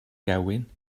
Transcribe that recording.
gewyn